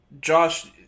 Josh